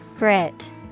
Grit